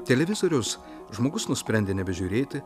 televizoriaus žmogus nusprendė nebežiūrėti